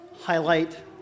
highlight